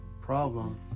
problem